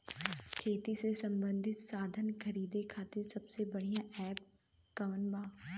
खेती से सबंधित साधन खरीदे खाती सबसे बढ़ियां एप कवन ह?